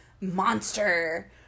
monster